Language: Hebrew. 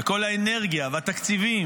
וכל האנרגיה והתקציבים,